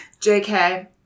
JK